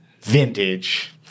vintage